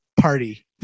party